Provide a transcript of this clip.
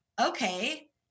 okay